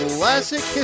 Classic